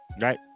Right